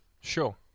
Sure